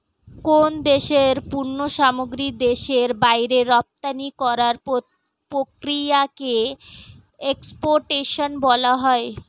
কোন দেশের পণ্য সামগ্রী দেশের বাইরে রপ্তানি করার প্রক্রিয়াকে এক্সপোর্টেশন বলা হয়